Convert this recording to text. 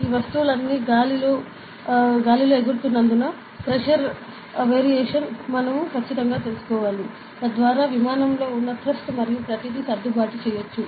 ఈ వస్తువులన్నీ గాలిలో ఎగురుతున్నందున pressure variation మనం ఖచ్చితంగా తెలుసుకోవాలి తద్వారా విమానంలో ఉన్న థ్రస్ట్ మరియు ప్రతిదీ సర్దుబాటు చేయవచ్చు